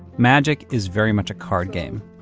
magic is very much a card game.